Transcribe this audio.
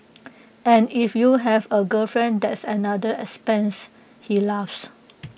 and if you have A girlfriend that's another expense he laughs